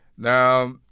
Now